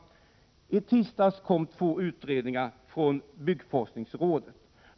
I tisdags kom två utredningar från byggforskningsrådet.